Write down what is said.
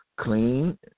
clean